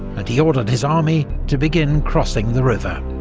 and he ordered his army to begin crossing the river.